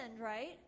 right